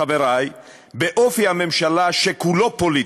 חברי, באופי הממשלה שכולו פוליטי,